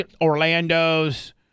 Orlandos